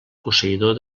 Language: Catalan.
posseïdor